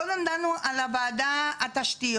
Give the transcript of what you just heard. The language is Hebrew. קודם דנו על וועדת התשתיות,